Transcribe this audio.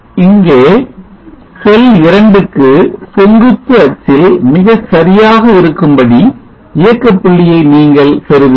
இங்கே செல் 2 க்கு செங்குத்து அச்சில் மிகச்சரியாக இருக்கும்படி இயக்க புள்ளியை நீங்கள் பெறுவீர்கள்